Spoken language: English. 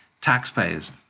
taxpayers